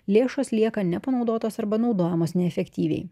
lėšos lieka nepanaudotos arba naudojamos neefektyviai